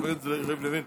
חבר הכנסת יריב לוין.